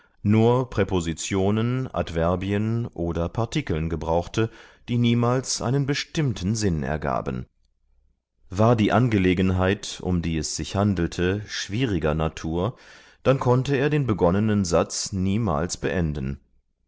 nur präpositionen adverbien oder partikeln gebrauchte die niemals einen bestimmten sinn ergaben war die angelegenheit um die es sich handelte schwieriger natur dann konnte er den begonnenen satz niemals beenden